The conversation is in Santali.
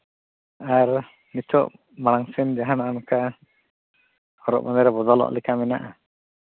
ᱟᱨ ᱱᱤᱛᱚᱜ ᱢᱟᱲᱟᱝ ᱥᱮᱱ ᱡᱟᱦᱟᱱᱟᱜ ᱚᱱᱠᱟ ᱦᱚᱨᱚᱜ ᱵᱟᱸᱫᱮ ᱨᱮ ᱵᱚᱫᱚᱞᱚᱜ ᱞᱮᱠᱟ ᱢᱮᱱᱟᱜᱼᱟ